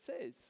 says